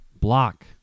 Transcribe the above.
block